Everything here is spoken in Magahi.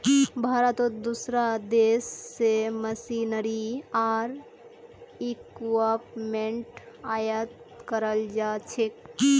भारतत दूसरा देश स मशीनरी आर इक्विपमेंट आयात कराल जा छेक